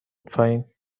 پایین